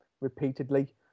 repeatedly